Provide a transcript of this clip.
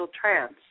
trance